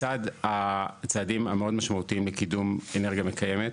שלצד הצעדים המאוד משמעותיים לקידום אנרגיה מקיימת